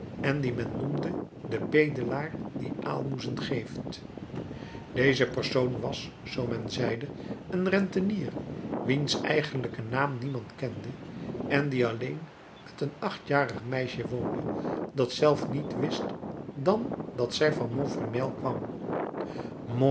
en die men noemde den bedelaar die aalmoezen geeft deze persoon was zoo men zeide een rentenier wiens eigenlijken naam niemand kende en die alleen met een achtjarig meisje woonde dat zelf niets wist dan dat zij van montfermeil kwam